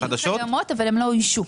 הן היו קיימות אבל הן לא אוישו.